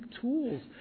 tools